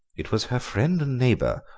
it was her friend and neighbour,